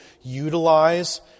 utilize